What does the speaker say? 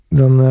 dan